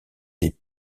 des